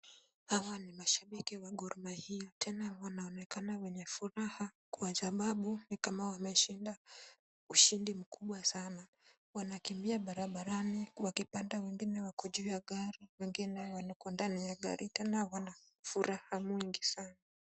Hawa ni mashabiki wa Gor Mahia tena wanaonekana wenye furaha kwa sababu ni kama wameshinda ushindi mkubwa sana. Wanakimbia barabarani wakipanda. Wengine wako juu ya gari. Wengine wako ndani ya gari tena wana furaha mwingi sana.